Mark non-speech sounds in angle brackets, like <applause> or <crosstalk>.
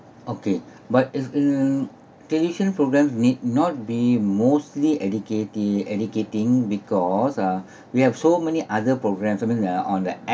okay <breath> but it's in television programmes may not be mostly educative educating because uh <breath> we have so many other programmes so many uh on the